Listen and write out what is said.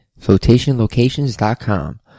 FlotationLocations.com